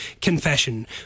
confession